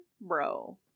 bro